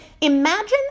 imagine